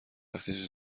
وقتی